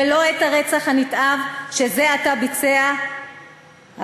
ולא את הרצח הנתעב שזה עתה ביצע המחבל.